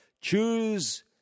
Choose